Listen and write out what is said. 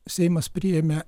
seimas priėmė